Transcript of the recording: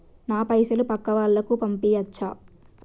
నా పైసలు పక్కా వాళ్ళకు పంపియాచ్చా?